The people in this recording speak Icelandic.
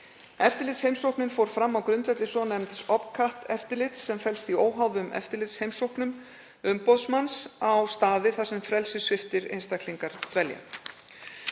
Eftirlitsheimsóknin fór fram á grundvelli svonefnds OPCAT-eftirlits sem felst í óháðum eftirlitsheimsóknum umboðsmanns á staði þar sem frelsissviptir einstaklingar dvelja.